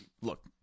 Look